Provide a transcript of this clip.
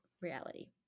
reality